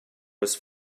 was